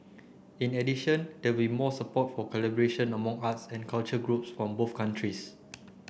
in addition there will be more support for collaboration among arts and culture groups from both countries